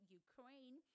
ukraine